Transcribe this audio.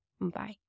Bye